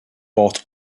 bought